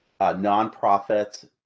nonprofits